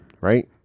right